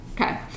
Okay